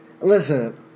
Listen